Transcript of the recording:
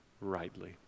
rightly